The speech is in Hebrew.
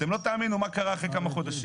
אתם לא תאמינו מה קרה אחרי כמה חודשים.